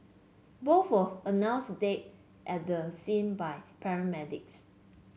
both were announced dead at the scene by paramedics